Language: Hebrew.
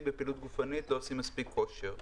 בפעילות גופנית ולא עושים מספיק כושר.